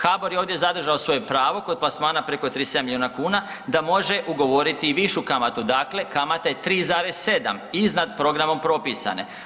HABOR je ovdje zadržao svoje pravo kod plasmana preko 37 miliona kuna da može ugovoriti i višu kamatu, dakle kamata je 3,7 iznad programom propisane.